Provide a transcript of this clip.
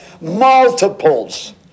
multiples